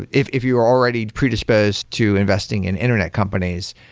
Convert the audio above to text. if if you are already predisposed to investing in internet companies,